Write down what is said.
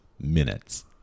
minutes